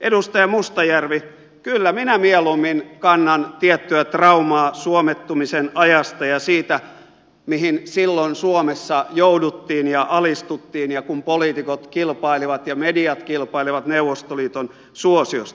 edustaja mustajärvi kyllä minä mieluummin kannan tiettyä traumaa suomettumisen ajasta ja siitä mihin silloin suomessa jouduttiin ja alistuttiin kun poliitikot kilpailivat ja mediat kilpailivat neuvostoliiton suosiosta